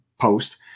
post